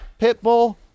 Pitbull